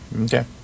Okay